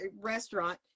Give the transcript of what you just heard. restaurant